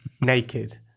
naked